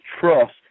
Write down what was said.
trust